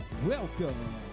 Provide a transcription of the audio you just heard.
Welcome